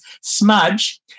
smudge